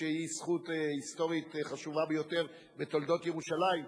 שהיא זכות היסטורית חשובה ביותר בתולדות ירושלים.